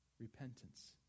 repentance